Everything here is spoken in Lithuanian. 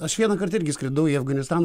aš vienąkart irgi skridau į afganistaną